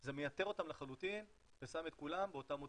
זה מייתר אותם לחלוטין ושם את כולם באותה מוטיבציה.